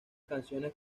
canciones